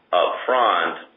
upfront